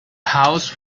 house